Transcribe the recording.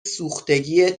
سوختگی